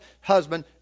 husband